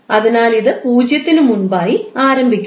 അതിനാൽ ഇത് 0 ത്തിന് മുമ്പായി ആരംഭിക്കുന്നു